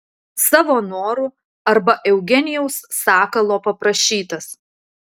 savo noru arba eugenijaus sakalo paprašytas